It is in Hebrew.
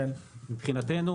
מבחינתנו,